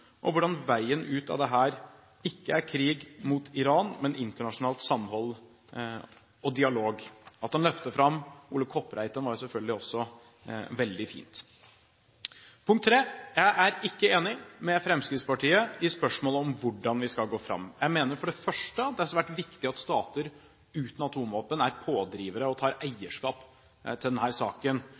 og hvordan veien ut av dette ikke er krig mot Iran, men internasjonalt samhold og dialog. At han løftet fram Ole Kopreitan, var selvfølgelig også veldig fint. Det tredje er at jeg ikke er enig med Fremskrittspartiet i spørsmålet om hvordan vi skal gå fram. Jeg mener for det første at det er svært viktig at stater uten atomvåpen er pådrivere og tar eierskap til denne saken.